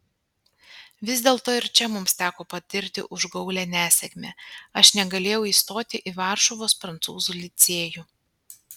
vis dėlto ir čia mums teko patirti užgaulią nesėkmę aš negalėjau įstoti į varšuvos prancūzų licėjų